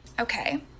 Okay